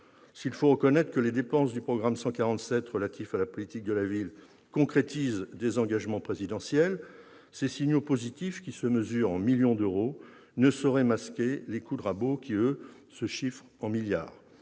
S'il faut reconnaître que les dépenses du programme 147 relatif à la politique de la ville concrétisent des engagements présidentiels, ces signaux positifs qui se mesurent en millions d'euros ne sauraient masquer les coups de rabot, qui, eux, se chiffrent en milliards.